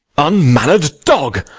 unmanner'd dog!